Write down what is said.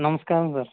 నమస్కారం సార్